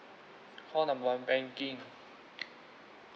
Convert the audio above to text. call number one banking